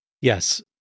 Yes